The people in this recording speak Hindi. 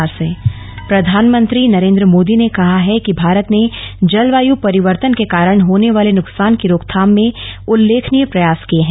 पीएम जलवायु परिवर्तन प्रधानमंत्री नरेंद्र मोदी ने कहा है कि भारत ने जलवायु परिवर्तन के कारण होने वाले नुकसान की रोकथाम में उल्लेखनीय प्रयास किये हैं